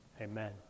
Amen